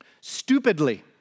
stupidly